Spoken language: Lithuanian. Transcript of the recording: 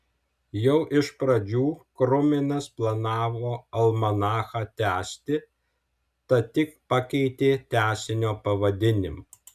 jau iš pradžių kruminas planavo almanachą tęsti tad tik pakeitė tęsinio pavadinimą